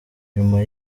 nyuma